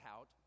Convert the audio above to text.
out